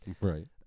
Right